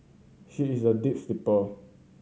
she is a deep sleeper